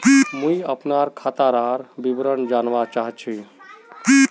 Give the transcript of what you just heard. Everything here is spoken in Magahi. मुई अपना खातादार विवरण जानवा चाहची?